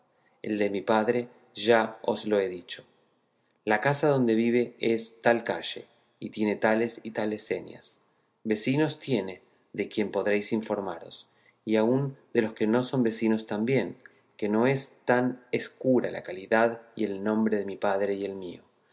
el de mi padre ya os le he dicho la casa donde vive es en tal calle y tiene tales y tales señas vecinos tiene de quien podréis informaros y aun de los que no son vecinos también que no es tan escura la calidad y el nombre de mi padre y el mío